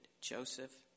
Joseph